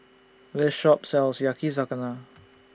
This Shop sells Yakizakana